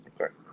Okay